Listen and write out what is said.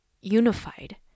unified